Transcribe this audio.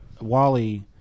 Wally